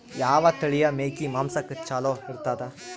ಯಾವ ತಳಿಯ ಮೇಕಿ ಮಾಂಸಕ್ಕ ಚಲೋ ಇರ್ತದ?